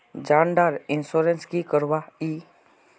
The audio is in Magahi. जान डार इंश्योरेंस की करवा ई?